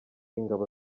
ingabo